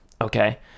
okay